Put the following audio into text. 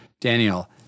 Daniel